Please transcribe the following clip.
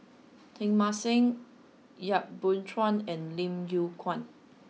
Teng Mah Seng Yap Boon Chuan and Lim Yew Kuan